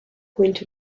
point